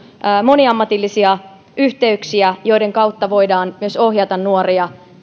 moniammatillisia yhteyksiä joiden kautta voidaan myös ohjata nuoria